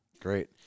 Great